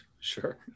Sure